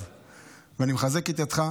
ואני מאמין שגם תצליח.